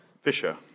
Fisher